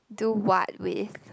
do what with